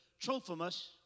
Trophimus